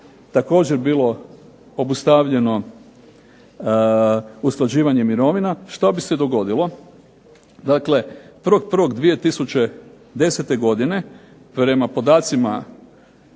također bilo obustavljeno usklađivanje mirovina, što bi se dogodilo? Dakle 1.1.2010. godine prema podacima